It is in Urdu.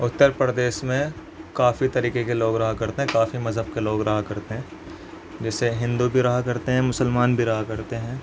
اتّر پردیش میں کافی طریقے کے لوگ رہا کرتے ہیں کافی مذہب کے لوگ رہا کرتے ہیں جیسے ہندو بھی رہا کرتے ہیں مسلمان بھی رہا کرتے ہیں